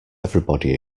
everybody